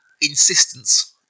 insistence